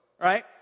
right